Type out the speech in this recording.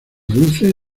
dulce